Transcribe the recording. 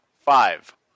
Five